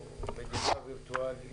וירטואלי.